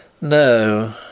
No